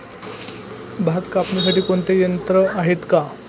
भात कापणीसाठी कोणते यंत्र आहेत का?